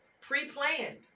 Pre-planned